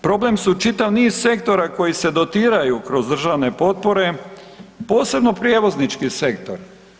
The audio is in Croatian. Problem su čitav niz sektora koji se dotiraju kroz državne potpore, posebno prijevoznički sektor.